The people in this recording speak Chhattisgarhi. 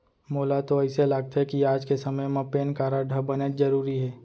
मोला तो अइसे लागथे कि आज के समे म पेन कारड ह बनेच जरूरी हे